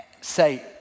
say